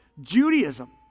Judaism